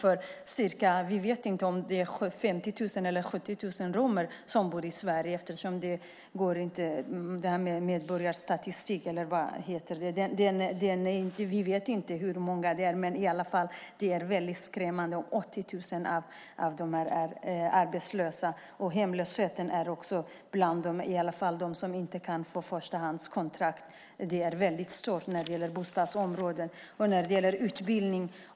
Nu vet vi inte om det är 50 000 eller 70 000 romer som bor i Sverige eftersom det inte framgår av medborgarstatistiken, men det är skrämmande om 80 procent av dem är arbetslösa. Hemlösheten bland dem är också stor, åtminstone bland dem som inte kan få förstahandskontrakt. Problemen är alltså stora på bostadsområdet och när det gäller utbildning.